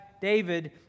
David